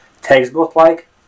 textbook-like